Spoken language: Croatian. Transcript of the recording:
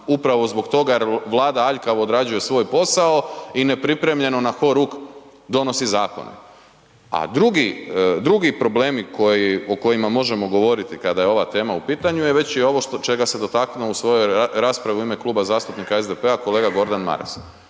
upravo zbog toga jer Vlada aljkavo odrađuje svoj posao i nepripremljeno na horuk donosi zakon a drugi problemi o kojima možemo govoriti kada je ova tema u pitanju je već i ovo čega se dotaknuo u svojoj raspravi u ime Kluba zastupnika SDP-a kolega Gordan Maras